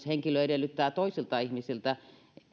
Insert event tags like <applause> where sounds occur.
<unintelligible> henkilö edellyttää toisilta ihmisiltä